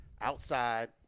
outside